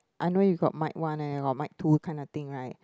I know you got mic one and got mic two kind of thing right